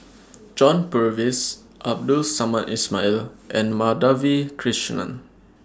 John Purvis Abdul Samad Ismail and Madhavi Krishnan